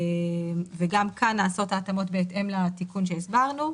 וגם כאן נעשות ההתאמות בהתאם לתיקון שהסדרנו.